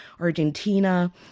Argentina